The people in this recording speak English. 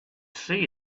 see